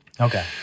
Okay